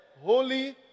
Holy